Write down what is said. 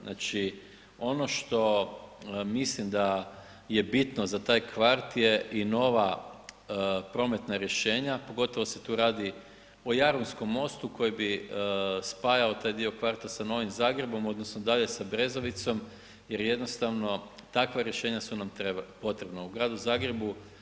Znači ono što mislim da je bitno za taj kvart je i nova prometna rješenja, pogotovo se tu radi o Jarunskom mostu koji bi spajao taj dio kvarta sa Novim Zagrebom, odnosno dalje sa Brezovicom jer jednostavno, takva rješenja su na potrebna u gradu Zagrebu.